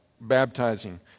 baptizing